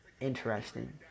interesting